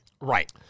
Right